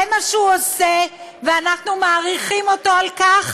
זה מה שהוא עושה, ואנחנו מעריכים אותו על כך,